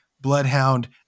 Bloodhound